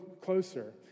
closer